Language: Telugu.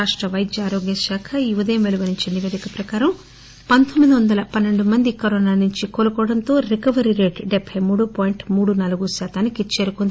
రాష్ట వైద్య ఆరోగ్యశాఖ ఈ ఉదయం పెలువరించిన నిపేదిక ప్రకారం పంతోమ్మిది వందల పన్నె ండు మంది కరోనా నుంచి కోలుకోవడంతో రికవరీ రేటు డెబ్బె మూడు పాయింట్ మూడు నాలుగు శాతానికి చేరుకుంది